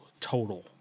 total